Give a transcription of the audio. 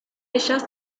ellas